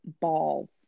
balls